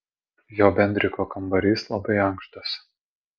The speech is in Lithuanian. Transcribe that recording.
jo bendriko kambarys labai ankštas